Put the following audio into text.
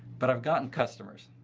but i've gotten customers.